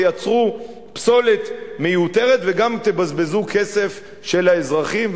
תייצרו פסולת מיותרת וגם תבזבזו כסף של האזרחים.